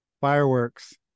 fireworks